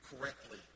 correctly